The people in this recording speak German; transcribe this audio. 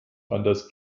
anders